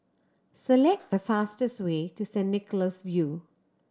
select the fastest way to St Nicholas View